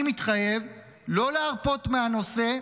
אני מתחייב לא להרפות מהנושא,